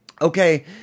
okay